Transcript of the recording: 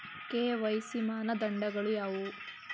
KYC ಮಾನದಂಡಗಳು ಯಾವುವು?